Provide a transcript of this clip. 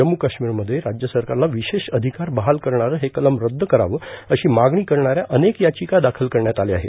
जम्मू कश्मीरमध्ये राज्य सरकारला विशेष अधिकार बहाल करणारं हे कलम रद्द करावं अशी मागणी करणाऱ्या अनेक याचिका दाखल करण्यात आल्या आहेत